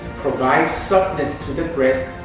provides softness to the breast,